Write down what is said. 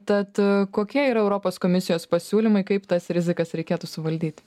tad kokie yra europos komisijos pasiūlymai kaip tas rizikas reikėtų suvaldyti